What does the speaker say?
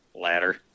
ladder